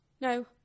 No